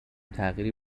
تغییری